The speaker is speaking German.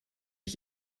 ich